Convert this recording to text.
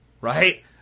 Right